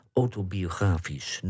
autobiografisch